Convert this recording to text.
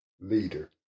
Leader